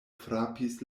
frapis